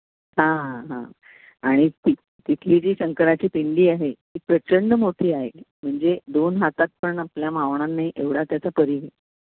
हां हां हां आणि ति तिथली जी शंकराची पिंडी आहे ती प्रचंड मोठी आहे म्हणजे दोन हातात पण आपल्या मावणार नाही एवढा त्याचा परीघ आहे